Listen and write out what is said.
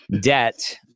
debt